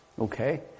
Okay